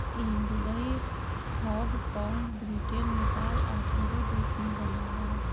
ई Dubai, Hong कॉग, Britain, Nepal आ ढेरे देश में बनल बा